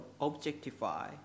objectify